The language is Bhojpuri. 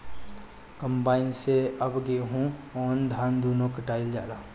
कंबाइन से अब गेहूं अउर धान दूनो काटल जाला